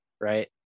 right